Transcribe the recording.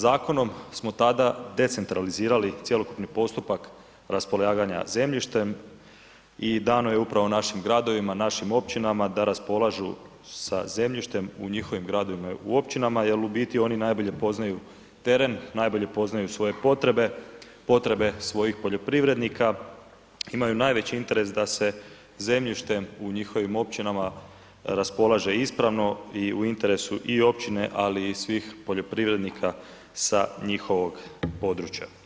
Zakonom smo tada decentralizirali cjelokupni postupak raspolaganja zemljištem i dano je upravo našim gradovima, našim općinama da raspolažu sa zemljištem u njihovim gradovima i općinama jer u biti, oni najbolje poznaju teren, najbolje poznaju svoje potrebe, potrebe svojih poljoprivrednika, imaju najveći interes da se zemljištem u njihovim općinama raspolaže ispravno i u interesu i općine, ali i svih poljoprivrednika sa njihovog područja.